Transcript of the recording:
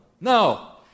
No